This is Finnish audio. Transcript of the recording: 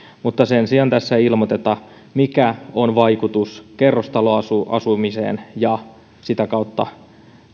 mutta sen sijaan tässä ei ilmoiteta mikä on vaikutus kerrostaloasumiseen ja sitä kautta